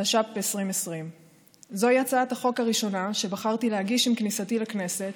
התש"ף 2020. זוהי הצעת החוק הראשונה שבחרתי להגיש עם כניסתי לכנסת